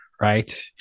right